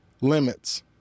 limits